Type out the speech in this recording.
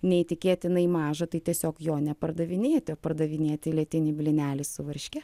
neįtikėtinai mažą tai tiesiog jo nepardavinėti o pardavinėti lietiniai blyneliai su varške